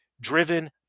driven